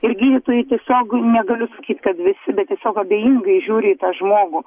ir gydytojai tiesiog negaliu sakyt kad visi bet tiesiog abejingai žiūri į tą žmogų